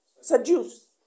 Seduce